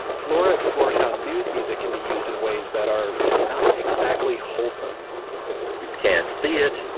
flora explores how news music can be used in ways that are, not exactly wholesome you can't see it.